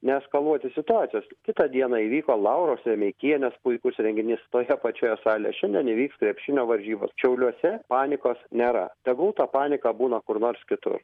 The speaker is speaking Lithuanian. neeskaluoti situacijos kitą dieną įvyko lauros remeikienės puikus reginys toje pačioje salėj šiandien vyks krepšinio varžybos šiauliuose panikos nėra tegul ta panika būna kur nors kitur